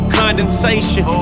condensation